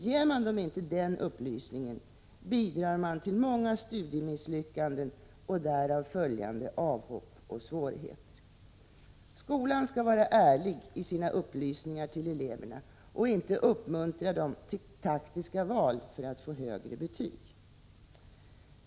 Ger man dem inte den upplysningen, bidrar man till många studiemisslyckanden och därav följande avhopp och svårigheter. Skolan skall vara ärlig i sina upplysningar till eleverna och inte uppmuntra dem till taktiska val för att få högre betyg.